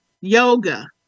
yoga